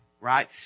right